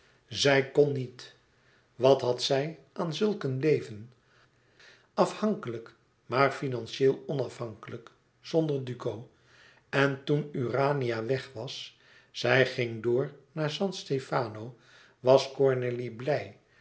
zij kon niet wat had zij aan zulk een leven afhankelijk maar finantieel onafhankelijk zonder duco en toen urania weg was zij ging door naar san stefano was cornélie blij